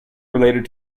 related